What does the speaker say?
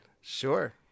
Sure